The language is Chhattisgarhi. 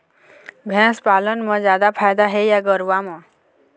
भैंस पालन म जादा फायदा हे या गरवा म?